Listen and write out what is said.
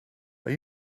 are